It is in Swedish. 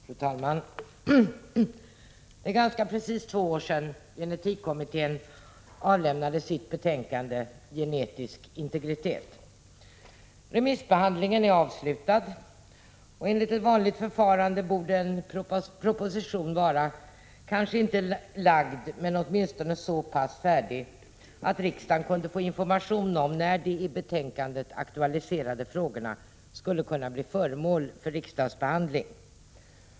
Prot. 1986/87:19 Fru talman! Det är ganska precis två år sedan gen-etik-kommittén 5 november 1986 avlämnade sitt betänkande Genetisk integritet. Remissbehandlingen är pm R ö äg å ; Familjeplanering och avslutad, och enligt ett vanligt förfarande borde en proposition vara om inte abort, m.m. framlagd så åtminstone så pass färdig att riksdagen kunde få information om när de i betänkandet aktualiserade frågorna skulle kunna bli föremål för riksdagsbehandling.